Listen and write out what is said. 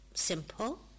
simple